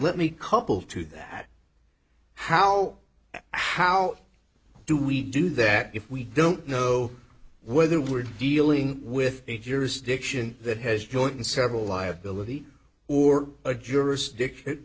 let me couple to that how how do we do that if we don't know whether we're dealing with a jurisdiction that has joint and several liability or a jurisdiction